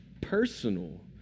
personal